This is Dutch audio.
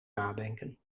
nadenken